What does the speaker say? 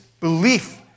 belief